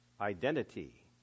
identity